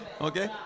Okay